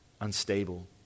unstable